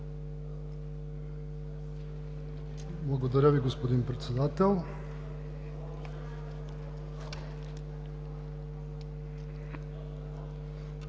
Благодаря Ви, господин Председател. Уважаеми господин Председател,